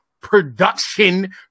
production